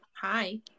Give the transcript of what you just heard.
Hi